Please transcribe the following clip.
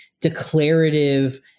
declarative